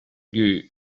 you